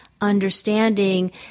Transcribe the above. understanding